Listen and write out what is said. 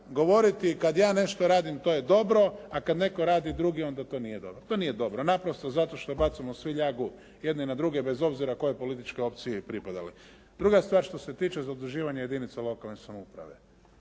govoriti kada ja nešto radim to je dobro, a kada netko radi drugi onda to nije dobro. To nije dobro. Naprosto zato što bacamo svi ljagu jedni na druge bez obzira kojoj političkoj opciji pripadali. Druga stvar što se tiče zaduživanja jedinica lokalne samouprave.